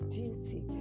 duty